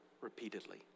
repeatedly